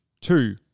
two